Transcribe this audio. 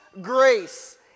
grace